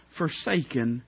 forsaken